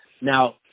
Now